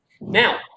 Now